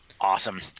awesome